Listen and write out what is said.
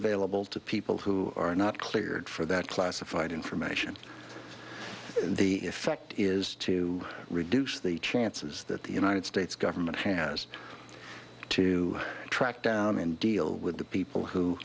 available to peace but who are not cleared for that classified information the effect is to reduce the chances that the united states government has to track down and deal with the people who